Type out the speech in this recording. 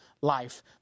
life